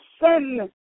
sin